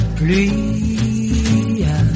pluie